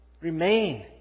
Remain